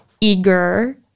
eager